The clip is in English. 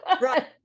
right